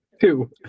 two